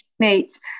teammates